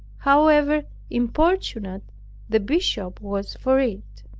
however importunate the bishop was for it.